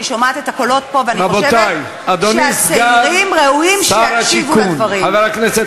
אני שומעת את הקולות פה ואני חושבת שהצעירים ראויים שיקשיבו לדברים.